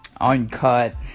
uncut